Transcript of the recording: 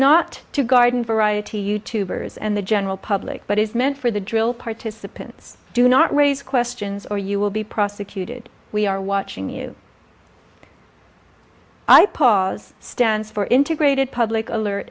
not to garden variety you tubers and the general public but is meant for the drill participants do not raise questions or you will be prosecuted we are watching you i pause stands for integrated public alert